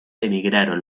emigraron